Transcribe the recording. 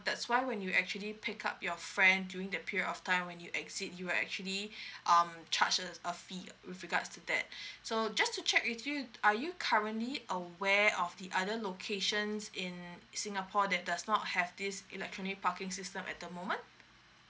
that's why when you actually pick up your friend during that period of time when you exit you will actually um charge at a fee with regards to that so just to check with you are you currently aware of the other locations in singapore that does not have this electronic parking system at the moment